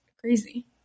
crazy